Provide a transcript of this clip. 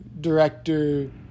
director